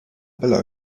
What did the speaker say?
below